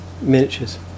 miniatures